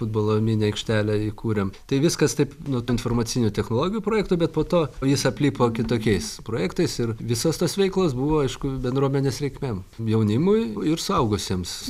futbolo mini aikštelę įkūrėm tai viskas taip nuo informacinių technologijų projekto bet po to jis aplipo kitokiais projektais ir visos tos veikos buvo aišku bendruomenės reikmėm jaunimui ir suaugusiems